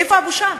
איפה הבושה?